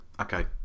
Okay